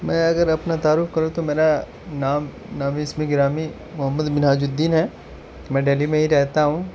میں اگر اپنا تعارف کروں تو میرا نام نامی اسم گرامی محمد منہاج الدین ہے میں ڈہلی ہی میں رہتا ہوں